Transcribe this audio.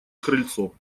крыльцо